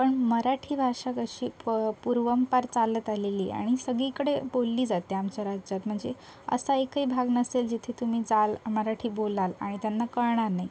पण मराठी भाषा कशी प पुर्वापार चालत आलेली आणि सगळीकडे बोलली जाते आमच्या राज्यात म्हणजे असा एकही भाग नसेल जिथे तुम्ही जाल मराठी बोलाल आणि त्यांना कळणार नाही